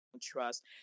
trust